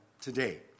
today